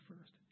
first